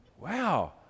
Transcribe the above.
Wow